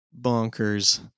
bonkers